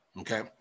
okay